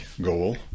goal